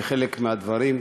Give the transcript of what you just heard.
כחלק מהדברים.